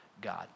God